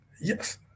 Yes